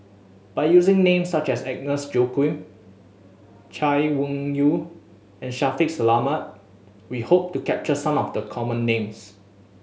by using names such as Agnes Joaquim Chay Weng Yew and Shaffiq Selamat we hope to capture some of the common names